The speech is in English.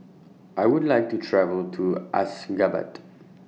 I Would like to travel to Ashgabat